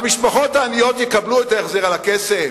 המשפחות העניות יקבלו את ההחזר על הכסף?